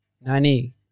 Nani